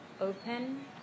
open